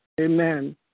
Amen